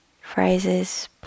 phrases